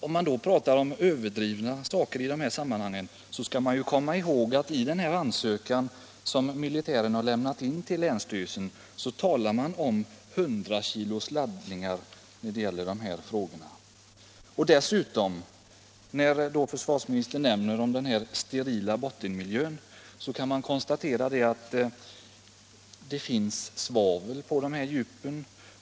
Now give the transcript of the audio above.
Om man pratar om överdrivna framställningar i detta sammanhang skall man komma ihåg att det i den ansökan som militären lämnat in till länsstyrelsen talas om hundrakilosladdningar. Försvarsministern nämner vidare den sterila bottenmiljön. Man har konstaterat att det finns svavel på de här djupen.